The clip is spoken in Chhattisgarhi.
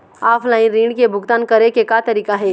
ऑफलाइन ऋण के भुगतान करे के का तरीका हे?